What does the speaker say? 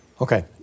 Okay